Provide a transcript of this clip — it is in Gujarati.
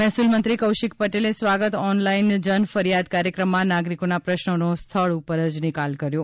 મહેસુલ મંત્રી કોશિક પટેલે સ્વાગત ઓન લાઇન જન ફરિયાદ કાર્યક્રમમાં નાગરીકોના પ્રશ્નોનો સ્થળ ઉપર નિકાલ કર્યો